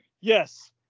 yes